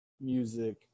music